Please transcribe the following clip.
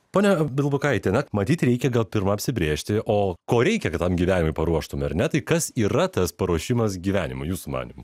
ponia abraitienė matyt reikia gal pirma apsibrėžti o ko reikia galams gyvenime paruoštumei ar ne tai kas yra tas paruošimas gyvenimui jūsų manymu